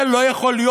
זה לא יכול להיות.